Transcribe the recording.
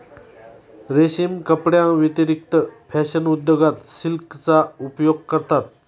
रेशीम कपड्यांव्यतिरिक्त फॅशन उद्योगात सिल्कचा उपयोग करतात